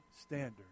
standard